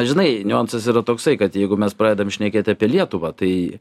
žinai niuansas yra toksai kad jeigu mes pradedam šnekėti apie lietuvą tai